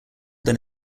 than